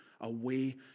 away